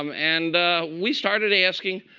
um and we started asking,